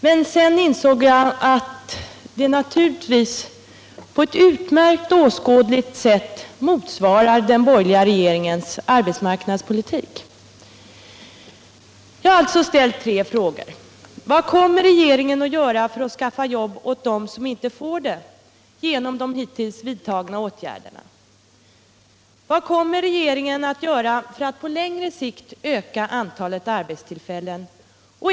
Men sedan insåg jag att det naturligtvis på ett utmärkt åskådligt sätt motsvarar den borgerliga regeringens arbetsmarknadspo Om åtgärder mot litik ungdomsarbetslös Jag har alltså ställt tre frågor: heten 3.